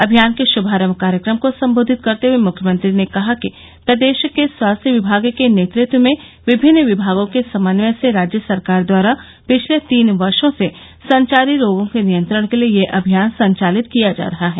अभियान के श्भारम्भ कार्यक्रम को सम्बोधित करते हये मुख्यमंत्री ने कहा कि प्रदेश के स्वास्थ्य विभाग के नेतत्व में विभिन्न विभागों के समन्वय से राज्य सरकार द्वारा पिछले तीन वर्षों से संचारी रोगों के नियंत्रण के लिये यह अभियान संचालित किया जा रहा है